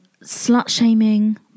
slut-shaming